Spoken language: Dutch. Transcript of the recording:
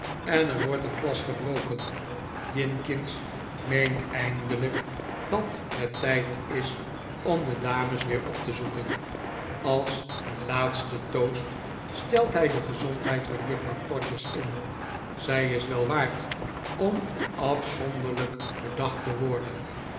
en er wordt een glas gebroken jinkins meent eindelijk dat het tijd is om de dames weer op te zoeken als een laatsten toast stelt hij de gezondheid van juffrouw todgers in zij is wel waard om afzonderlijk bedacht te worden